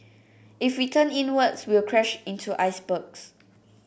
if we turn inwards we'll crash into icebergs